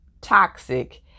toxic